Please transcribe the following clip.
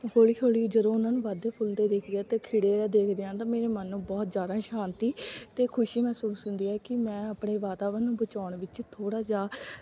ਹੌਲੀ ਹੌਲੀ ਜਦੋਂ ਉਹਨਾਂ ਨੂੰ ਵੱਧਦੇ ਫੁੱਲਦੇ ਦੇਖਦੀ ਹਾਂ ਅਤੇ ਖਿੜਿਆ ਦੇਖਦੀ ਹਾਂ ਤਾਂ ਮੇਰੇ ਮਨ ਨੂੰ ਬਹੁਤ ਜ਼ਿਆਦਾ ਸ਼ਾਂਤੀ ਅਤੇ ਖੁਸ਼ੀ ਮਹਿਸੂਸ ਹੁੰਦੀ ਹੈ ਕਿ ਮੈਂ ਆਪਣੇ ਵਾਤਾਵਰਨ ਨੂੰ ਬਚਾਉਣ ਵਿੱਚ ਥੋੜ੍ਹਾ ਜਿਹਾ